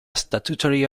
statutory